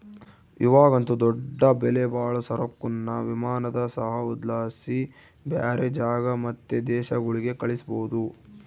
ಇವಾಗಂತೂ ದೊಡ್ಡ ಬೆಲೆಬಾಳೋ ಸರಕುನ್ನ ವಿಮಾನದ ಸಹಾಯುದ್ಲಾಸಿ ಬ್ಯಾರೆ ಜಾಗ ಮತ್ತೆ ದೇಶಗುಳ್ಗೆ ಕಳಿಸ್ಬೋದು